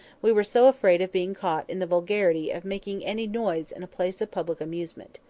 we were so afraid of being caught in the vulgarity of making any noise in a place of public amusement.